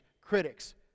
critics